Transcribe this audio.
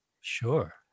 Sure